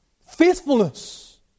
Faithfulness